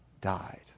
died